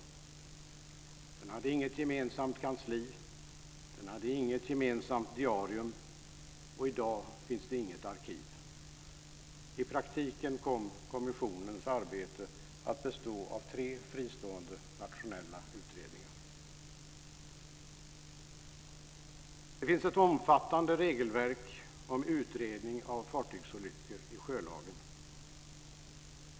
Den hade inget gemensamt kansli, inget gemensamt diarium och i dag finns inget arkiv. I praktiken kom kommissionen att bestå av tre fristående nationella utredningar. Det finns ett omfattande regelverk om utredning av fartygsolyckor i sjölagen.